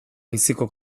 biziko